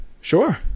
Sure